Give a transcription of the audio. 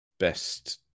best